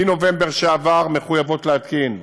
מנובמבר שעבר מחויבים להתקין,